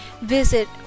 Visit